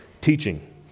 teaching